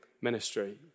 ministry